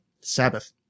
Sabbath